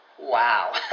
Wow